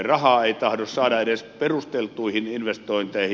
rahaa ei tahdo saada edes perusteltuihin investointeihin